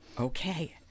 Okay